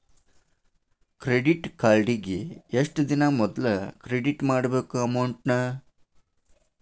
credit ಕಾರ್ಡಿಗಿ ಎಷ್ಟ ದಿನಾ ಮೊದ್ಲ ಕ್ರೆಡಿಟ್ ಮಾಡ್ಬೇಕ್ ಅಮೌಂಟ್ನ